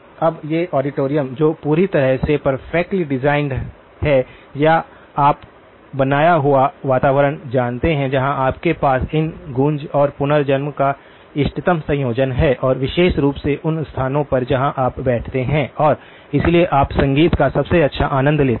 अब वे ऑडिटोरियम जो पूरी तरह से पर्फेक्ट्ली डिज़ाइनड हैं या आप बनाया हुआ वातावरण जानते हैं जहाँ आपके पास इन गूँज और पुनर्जन्म का इष्टतम संयोजन है और विशेष रूप से उन स्थानों पर जहाँ आप बैठते हैं और इसलिए आप संगीत का सबसे अच्छा आनंद लेते हैं